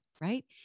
right